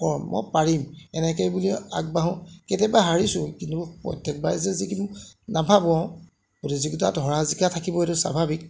কওঁ মই পাৰিম এনেকৈ বুলিয়েই আগবাঢ়োঁ কেতিয়াবা হাৰিছোঁ কিন্তু প্ৰত্যেকবাৰে যে জিকিম নাভাবোঁ প্ৰতিযোগিতাত হৰা জিকা থাকিবই সেইটো স্বাভাৱিক